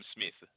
Smith